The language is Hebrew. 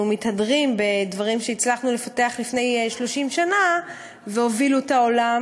אנחנו מתהדרים בדברים שהצלחנו לפתח לפני 30 שנה והובילו את העולם,